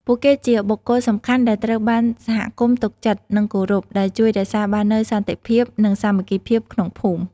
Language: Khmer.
ពួកគេជាបុគ្គលសំខាន់ដែលត្រូវបានសហគមន៍ទុកចិត្ត និងគោរព ដែលជួយរក្សាបាននូវសន្តិភាព និងសាមគ្គីភាពក្នុងភូមិ។